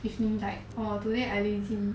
orh today I lazy